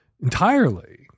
entirely